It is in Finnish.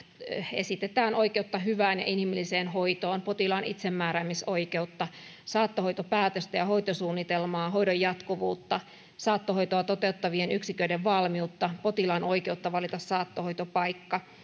esitetään oikeutta hyvään ja inhimilliseen hoitoon potilaan itsemääräämisoikeutta saattohoitopäätöstä ja hoitosuunnitelmaa hoidon jatkuvuutta saattohoitoa toteuttavien yksiköiden valmiutta potilaan oikeutta valita saattohoitopaikka